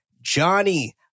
Johnny